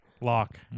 Lock